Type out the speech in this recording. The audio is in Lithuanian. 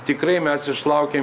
tikrai mes išlaukėm